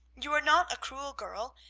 you are not a cruel girl.